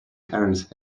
terence